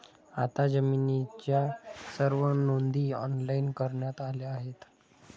आता जमिनीच्या सर्व नोंदी ऑनलाइन करण्यात आल्या आहेत